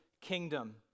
kingdom